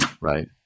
right